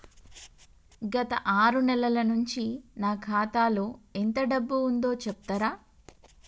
గత ఆరు నెలల నుంచి నా ఖాతా లో ఎంత డబ్బు ఉందో చెప్తరా?